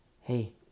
hey